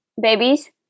Babies